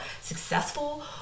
successful